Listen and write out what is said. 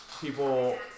People